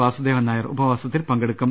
വാസുദേവൻ നായർ ഉപവാസത്തിൽ പങ്കെടുക്കും